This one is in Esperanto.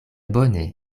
bone